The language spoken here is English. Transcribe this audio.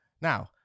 Now